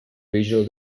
regional